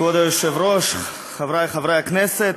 כבוד היושב-ראש, חברי חברי הכנסת,